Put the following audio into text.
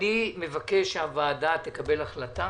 אני מבקש שהוועדה תקבל החלטה